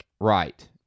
Right